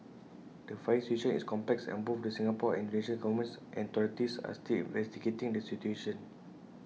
the fire situation is complex and both the Singapore and Indonesia governments and authorities are still investigating the situation